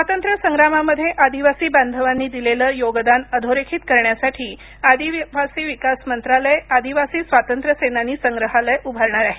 स्वातंत्र्य संग्रामामध्ये आदिवासी बांधवांनी दिलेलं योगदान अधोरेखित करण्यासाठी आदिवासी विकास मंत्रालय आदिवासी स्वातंत्र्य सेनानी संग्रहालय उभारणार आहे